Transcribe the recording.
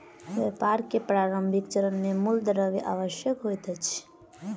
व्यापार के प्रारंभिक चरण मे मूल द्रव्य आवश्यक होइत अछि